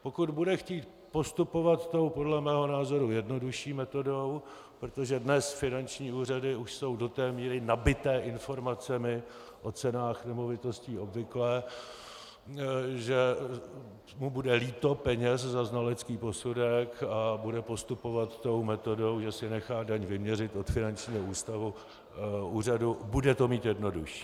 Pokud bude chtít postupovat tou podle mého názoru jednodušší metodou, protože dnes finanční úřady už jsou do té míry nabité informacemi o cenách nemovitostí obvyklých, že mu bude líto peněz za znalecký posudek, a bude postupovat tou metodou, že si nechá daň vyměřit od finančního úřadu, bude to mít jednodušší.